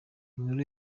inkuru